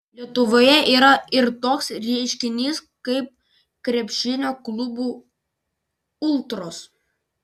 lietuvoje yra ir toks reiškinys kaip krepšinio klubų ultros